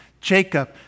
Jacob